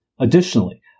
Additionally